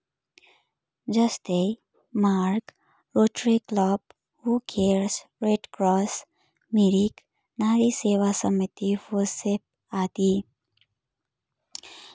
जस्तै मार्ग Rotary Club who cares Red Cross Mirik नागरिक सेवा समिति फर सेभ आदि